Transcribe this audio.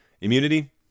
immunity